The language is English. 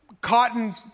cotton